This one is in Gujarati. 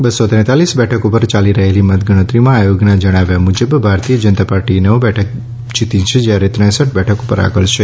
બસો તેતાલીસ બેઠકો પર યાલી રહેલી મતગણતરીમાં આયોગના જણાવ્યા મુજબ ભારતીય જનતા પાર્ટીએ નવ બેઠક જીતી છે જયારે ત્રેસઠ બેઠકો પર આગળ છે